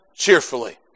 cheerfully